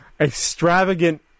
extravagant